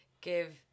give